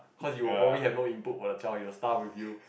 cause you will probably have no input for the child he will starve with you